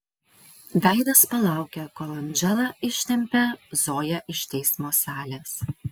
veidas palaukia kol andžela ištempia zoją iš teismo salės